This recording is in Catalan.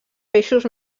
peixos